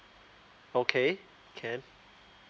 okay can